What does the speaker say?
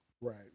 right